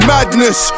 Madness